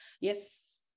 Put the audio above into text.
yes